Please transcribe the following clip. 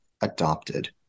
adopted